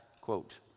quote